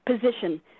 position